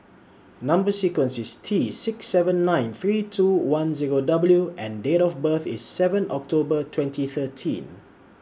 Number sequence IS T six seven nine three two one Zero W and Date of birth IS seven October twenty thirteen